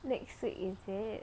next week is it